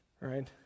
Right